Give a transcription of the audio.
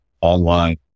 online